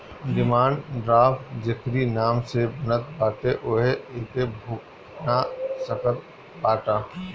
demand draft जेकरी नाम से बनत बाटे उहे एके भुना सकत बाटअ